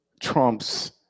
Trump's